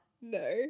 No